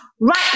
Right